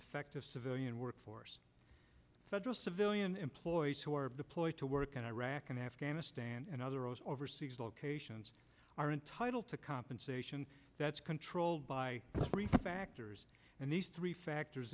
effective civilian workforce federal civilian employees who are deployed to work in iraq and afghanistan and other overseas locations are entitled to compensation that's controlled by three factors and these three factors